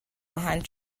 behind